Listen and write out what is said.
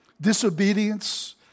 Disobedience